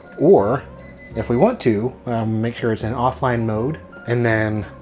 or if we want to make sure it's an offline mode and then